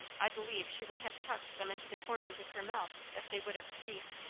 i believed she would have tucked some into the corners of her mouth, if they would have stayed.